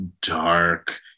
dark